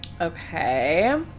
okay